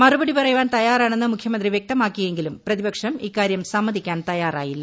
മറുപടി പറയുവാൻ തയ്യാറാണെന്ന് മുഖ്യമന്ത്രി വൃക്തമാക്കിയെങ്കിലും പ്രതിപക്ഷം ഇക്കാര്യം സമ്മതിക്കാൻ തയ്യാറായില്ല